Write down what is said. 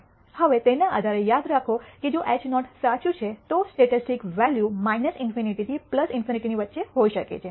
હવે તેના આધારે યાદ રાખો કે જો h નૉટ સાચું છે તો સ્ટેટિસ્ટિક્સ વૅલ્યુ ∞ થી ∞ ની વચ્ચે હોઈ શકે છે